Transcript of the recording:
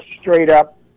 straight-up